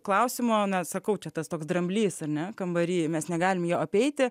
klausimo na sakau čia tas toks dramblys ar ne kambary mes negalim jo apeiti